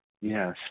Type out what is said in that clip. Yes